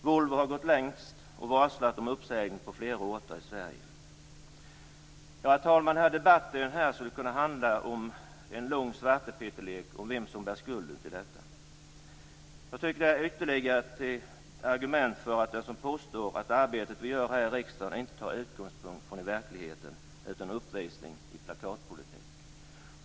Volvo har gått längst och varslat om uppsägning på flera orter i Sverige. Herr talman! Debatten här skulle kunna bli en lång svartepetterlek om vem som bär skulden till detta. Jag tycker det är ytterligare ett argument för den som påstår att det arbete vi gör här i riksdagen inte tar utgångspunkt i verkligheten utan är en uppvisning i plakatpolitik.